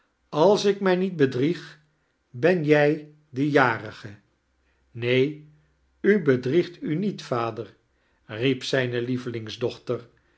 als ik mij niet bedrieg ben jij de jarige neen u bedriegt u niet vader riep zijne